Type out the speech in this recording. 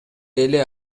эле